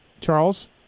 Charles